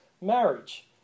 Marriage